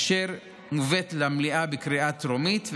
אשר מובאת למליאה בקריאה טרומית,